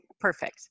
perfect